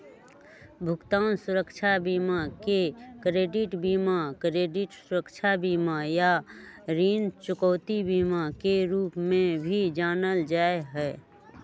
भुगतान सुरक्षा बीमा के क्रेडिट बीमा, क्रेडिट सुरक्षा बीमा, या ऋण चुकौती बीमा के रूप में भी जानल जा हई